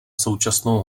současnou